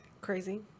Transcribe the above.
crazy